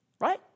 Right